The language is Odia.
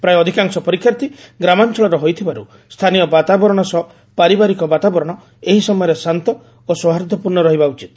ପ୍ରାୟ ଅଧିକାଂଶ ପରୀକ୍ଷାର୍ଥୀ ଗ୍ରାମାଞ୍ଚଳର ହୋଇଥିବାରୁ ସ୍ରାନୀୟ ବାତାବରଣ ସହ ପାରିବାରିକ ବାତାବରଣ ଏହି ସମୟରେ ଶାନ୍ତ ଓ ସୌହାର୍ବ୍ଧ୍ଧପୂର୍ଶ ରହିବା ଉଚିତ